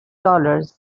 dollars